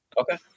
okay